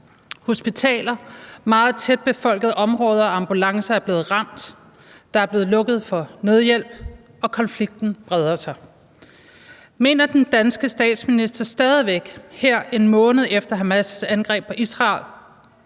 Hospitaler, meget tæt befolkede områder og ambulancer er blevet ramt, der er blevet lukket for nødhjælp, og konflikten breder sig. Mener den danske statsminister stadig væk her 1 måned efter Hamas' angreb på Israel,